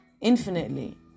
infinitely